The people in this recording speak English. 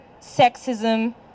sexism